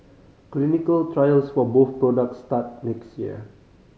clinical trials for both products start next year